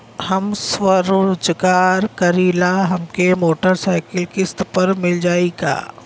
हम स्वरोजगार करीला हमके मोटर साईकिल किस्त पर मिल जाई का?